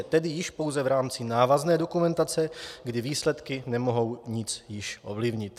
Tedy již pouze v rámci návazné dokumentace, kdy výsledky nemohou již nic ovlivnit.